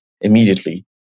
immediately